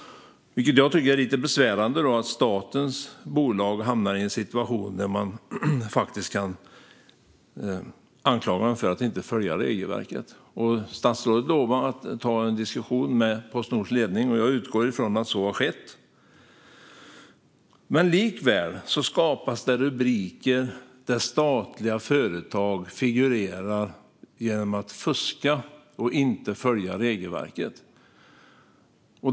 Jag tycker att det är lite besvärande att statens bolag hamnar i en situation där det faktiskt kan anklagas för att inte följa regelverket. Statsrådet lovade att han skulle ta en diskussion med Postnords ledning, och jag utgår från att så har skett. Likväl skapas det rubriker där statliga företag figurerar genom att fuska och inte följa regelverket.